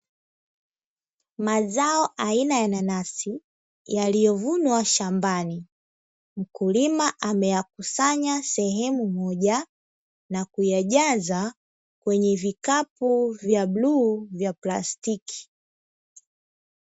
Mazao aina ya nanasi yaliyovunwa shambani. Mkulima ameyakusanya sehemu moja na kuyajaza kwenye vikapu vya bluu vya plastiki.